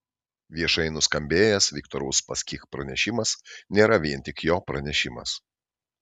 viešai nuskambėjęs viktoro uspaskich pranešimas nėra vien tik jo pranešimas